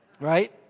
Right